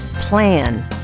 plan